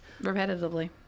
Repetitively